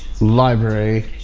library